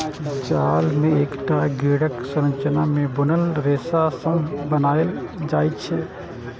जाल कें एकटा ग्रिडक संरचना मे बुनल रेशा सं बनाएल जाइ छै